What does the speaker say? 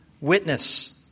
witness